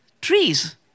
trees